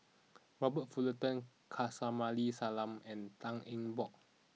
Robert Fullerton Kamsari Salam and Tan Eng Bock